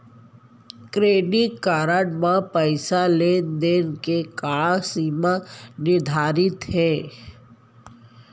Credit card म पइसा लेन देन के का सीमा निर्धारित हे?